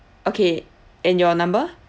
okay and your number